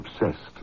obsessed